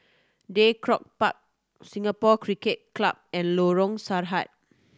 Draycott Park Singapore Cricket Club and Lorong Sarhad